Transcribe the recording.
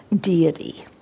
deity